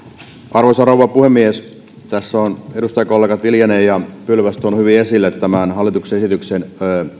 arvoisa rouva puhemies tässä ovat edustajakollegat viljanen ja pylväs tuoneet hyvin esille tämän hallituksen esityksen